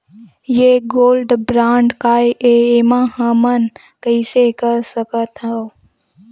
ये gold bond काय ए एमा हमन कइसे कर सकत हव?